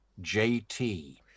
JT